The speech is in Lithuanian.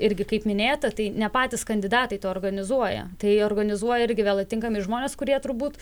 irgi kaip minėjote tai ne patys kandidatai tą organizuoja tai organizuoja irgi vėl atinkami žmonės kurie turbūt